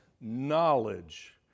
knowledge